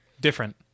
Different